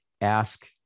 ask